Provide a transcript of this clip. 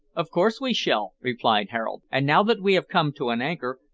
of course we shall, replied harold and now that we have come to an anchor,